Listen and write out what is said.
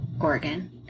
Oregon